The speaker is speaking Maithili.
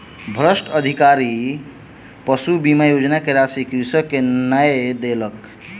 भ्रष्ट अधिकारी पशु बीमा योजना के राशि कृषक के नै देलक